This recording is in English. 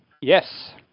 Yes